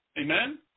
Amen